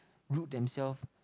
root themselves